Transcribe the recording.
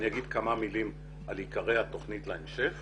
אני אומר כמה מילים על עיקרי התוכנית להמשך